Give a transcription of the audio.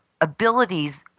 abilities